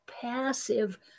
passive